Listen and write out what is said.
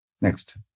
next